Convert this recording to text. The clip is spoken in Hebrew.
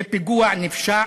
זה פיגוע נפשע,